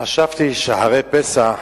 חשבתי שאחרי פסח